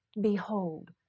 Behold